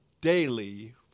daily